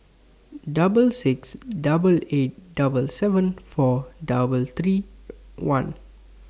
double six double eight double seven four double three one